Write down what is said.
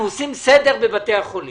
אנחנו עושים סדר בבתי החולים.